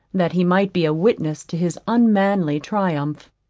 that he might be a witness to his unmanly triumph.